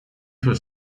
for